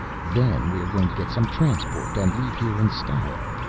then we are going to get some transport and leave here in style.